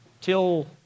till